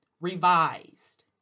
revised